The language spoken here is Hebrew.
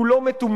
הוא לא מטומטם,